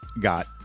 got